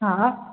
हा